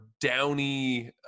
downy